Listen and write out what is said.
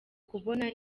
kubona